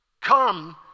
Come